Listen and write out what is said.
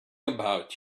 about